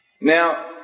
Now